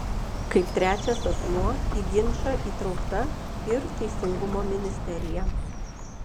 kaip trečiasis asmuo į ginčą įtraukta ir teisingumo ministerija